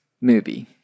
movie